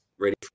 ready